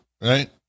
right